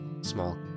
Small